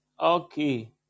Okay